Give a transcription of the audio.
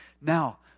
Now